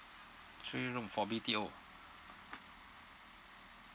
three room for B_T_O